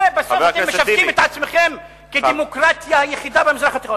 ובסוף אתם משווקים את עצמכם כדמוקרטיה היחידה במזרח התיכון.